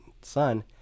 son